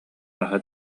наһаа